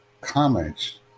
comments